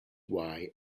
why